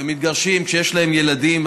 ומתגרשים כשיש להם ילדים.